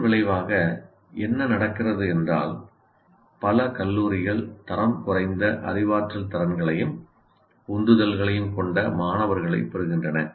இதன் விளைவாக என்ன நடக்கிறது என்றால் பல கல்லூரிகள் தரம் குறைந்த அறிவாற்றல் திறன்களையும் உந்துதல்களையும் கொண்ட மாணவர்களை பெறுகின்றன